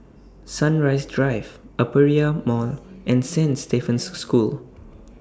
Sunrise Drive Aperia Mall and Saint Stephen's School